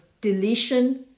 deletion